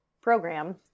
program